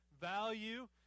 value